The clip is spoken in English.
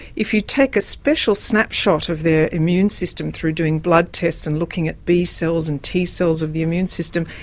if you take a special snapshot of their immune system through doing blood tests and looking at b cells and t cells of the immune system,